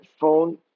phone